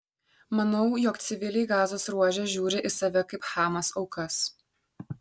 manau jog civiliai gazos ruože žiūri į save kaip hamas aukas